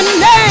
name